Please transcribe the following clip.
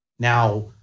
Now